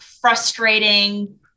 frustrating